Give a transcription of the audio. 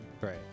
Right